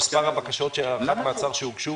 על מספר הבקשות להארכת מעצר שהוגשו,